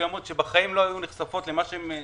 מסוימות שבחיים לא היו נחשפות למה שמקבלים.